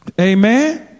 Amen